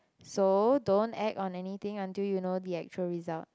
so don't act on anything until you know the actual result